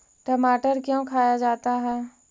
टमाटर क्यों खाया जाता है?